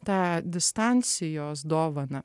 tą distancijos dovaną